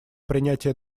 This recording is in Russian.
принятия